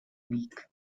week